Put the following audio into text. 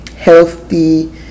healthy